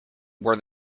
were